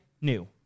new